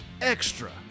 extra